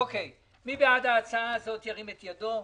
מי בעד ההצעה הזאת, ירים את ידו?